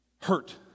hurt